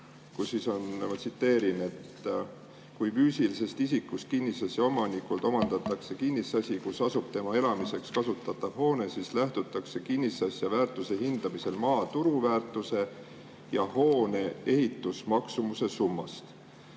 kirjas nii, ma tsiteerin: "Kui kinnisasja füüsilisest isikust omanikult omandatakse kinnisasi, kus asub tema elamiseks kasutatav hoone, siis lähtutakse kinnisasja väärtuse hindamisel maa turuväärtuse ja hoone ehitusmaksumuse summast."